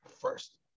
first